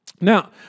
Now